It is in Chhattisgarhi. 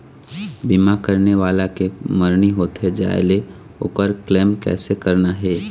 बीमा करने वाला के मरनी होथे जाय ले, ओकर क्लेम कैसे करना हे?